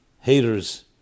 haters